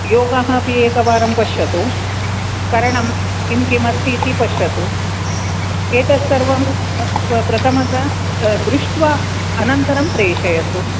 योगः अपि एकवारं पश्यतु करणं किं किमस्ति इति पश्यतु एतत्सर्वं प्रथमतः दृष्ट्वा अनन्तरं प्रेषयतु